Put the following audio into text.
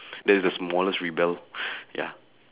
that's the smallest rebel ya